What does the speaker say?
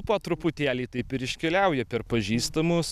po truputėlį taip ir iškeliauja per pažįstamus